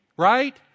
Right